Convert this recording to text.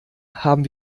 haben